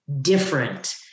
different